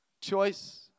choice